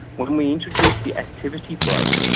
when we introduced the activity breaks,